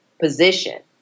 position